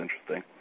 interesting